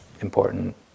important